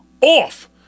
off